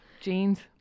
jeans